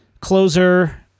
closer